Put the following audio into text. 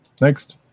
Next